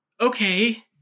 okay